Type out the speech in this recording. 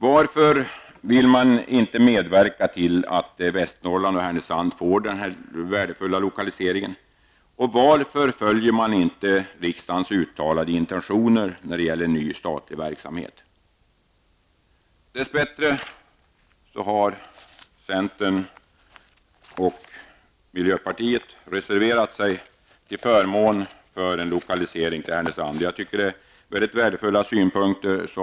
Varför vill man inte medverka till att Västernorrland och Härnösand får den här värdefulla lokaliseringen? Dess bättre har centern och miljöpartiet reserverat sig till förmån för en lokalisering till Härnösand. I reservationen framförs mycket värdefulla synpunkter.